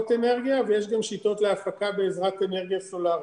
אנרגיה ויש גם שיטות להפקה בעזרת אנרגיה סולרית.